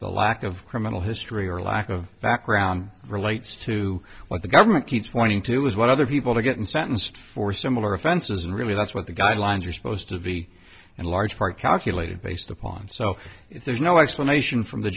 the lack of criminal history or lack of background relates to what the government keeps wanting to is what other people to get and sentenced for similar offenses and really that's what the guidelines are supposed to be and a large part calculated based upon so if there's no explanation from the